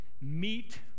meet